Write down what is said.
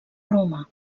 roma